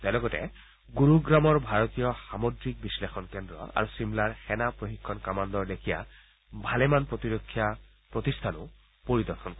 তেওঁ লগতে গুৰুগ্ৰামৰ ভাৰতীয় সামুদ্ৰিক বিশ্লেষণ কেন্দ্ৰ আৰু ছিমলাৰ সেনা প্ৰশিক্ষণ কামাণুৰ লেখীয়া ভালেমান ভাৰতীয় প্ৰতিৰক্ষা প্ৰতিষ্ঠানো পৰিদৰ্শন কৰিব